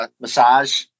massage